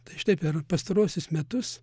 tai štai per pastaruosius metus